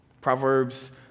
Proverbs